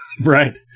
Right